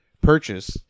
purchase